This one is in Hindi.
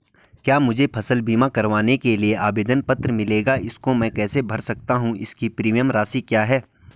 क्या मुझे फसल बीमा करवाने के लिए आवेदन पत्र मिलेगा इसको मैं कैसे भर सकता हूँ इसकी प्रीमियम राशि क्या है?